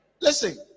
Listen